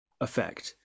effect